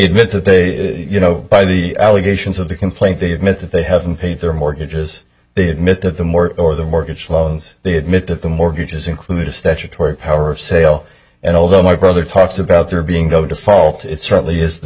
admit that they you know by the allegations of the complaint they admit that they haven't paid their mortgages they admit that the more or the mortgage loans they admit that the mortgages included statutory power of sale and although my brother talks about there being no default it certainly is the